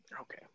okay